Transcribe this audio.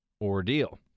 ordeal